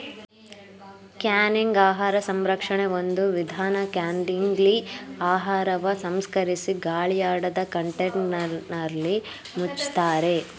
canning ಆಹಾರ ಸಂರಕ್ಷಣೆ ಒಂದು ವಿಧಾನ ಕ್ಯಾನಿಂಗ್ಲಿ ಆಹಾರವ ಸಂಸ್ಕರಿಸಿ ಗಾಳಿಯಾಡದ ಕಂಟೇನರ್ನಲ್ಲಿ ಮುಚ್ತಾರೆ